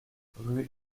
rue